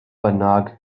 bynnag